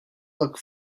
look